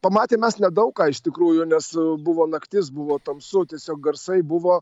pamatėm mes nedaug ką iš tikrųjų nes buvo naktis buvo tamsu tiesiog garsai buvo